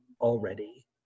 already